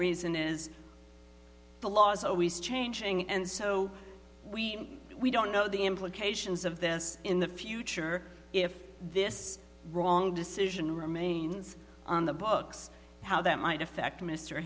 reason is the law is always changing and so we we don't know the implications of this in the future if this wrong decision remains on the books how that might affect mr